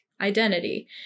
identity